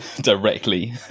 directly